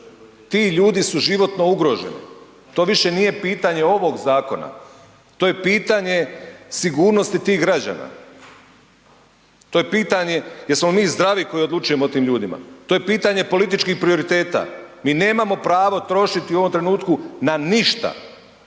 ti ljudi su životno ugroženi, to više nije pitanje ovog zakona, to je pitanje sigurnosti tih građana, to je pitanje jesmo li mi zdravi koji odlučujemo o tim ljutima, to je pitanje političkih prioriteta. Mi nemamo pravo trošiti u ovom trenutnu na ništa,